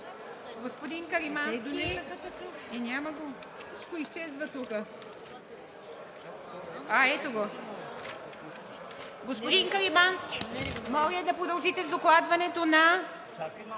Господин Каримански, моля да продължите с докладването.